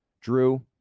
Drew